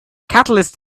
catalysts